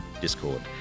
Discord